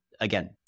again